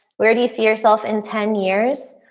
where do you see yourself in ten years?